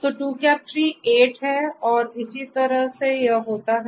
तो 23 8 है और इसी तरह से यह होता है